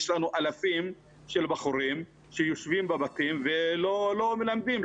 יש לנו אלפי בחורים שיושבים בבתים ולא מלמדים.